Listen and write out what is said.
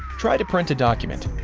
try to print a document.